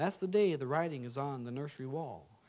that's the day of the writing is on the nursery wall